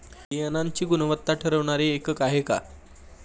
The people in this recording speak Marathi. बियाणांची गुणवत्ता ठरवणारे एकक आहे का?